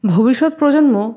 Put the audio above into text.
ভবিষ্যৎ প্রজন্ম